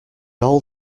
all